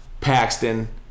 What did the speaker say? Paxton